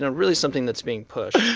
ah really something that's being pushed